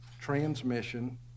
transmission